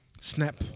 snap